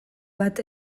bat